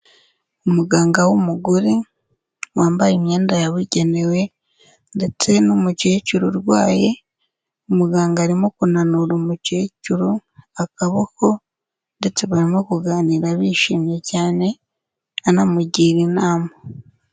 Umuganga w'umugore wambaye imyenda yabugenewe ndetse n'umukecuru urwaye, umuganga arimo kunanura umukecuru akaboko, ndetse barimo kuganira bishimye cyane anamugira inama.